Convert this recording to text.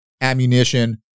ammunition